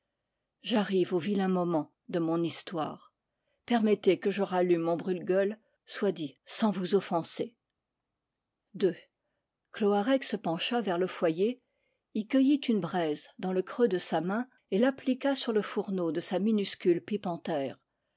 j'arrive au vilain moment de mon histoire permettez que je rallume mon brûle-gueule soit dit sans vous offenser cloarec se pencha vers le foyer y cueillit une braise clans le creux de sa main et l'appliqua sur le fourneau de sa minuscule